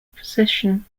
possession